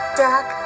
duck